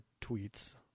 tweets